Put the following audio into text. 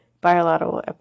Bilateral